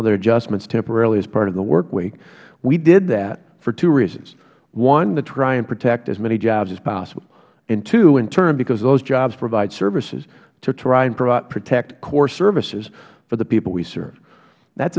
other adjustments temporarily as part of the work week we did that for two reasons one to try and protect as many jobs as possible and two in turn because those jobs provide services to try and protect core services for the people we serve that